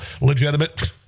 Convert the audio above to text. legitimate